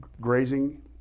grazing